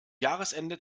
jahresende